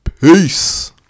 Peace